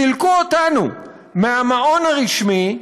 סילקו אותנו מהמעון הרשמי,